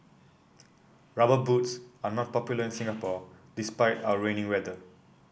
rubber boots are not popular in Singapore despite our rainy weather